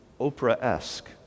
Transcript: Oprah-esque